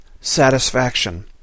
satisfaction